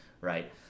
right